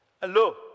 Hello